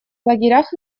лагерях